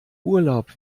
urlaub